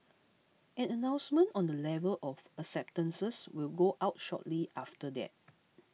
an announcement on the level of acceptances will go out shortly after that